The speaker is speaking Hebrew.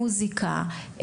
מוזיקה,